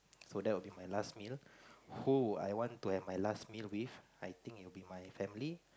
so that will be my last meal who will I want to have my last meal with I think it will be my family